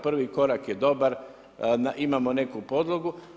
Prvi korak je dobar, imamo neku podlogu.